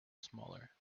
smaller